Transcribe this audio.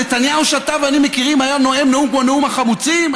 נתניהו שאתה ואני מכירים היה נואם נאום כמו נאום החמוצים?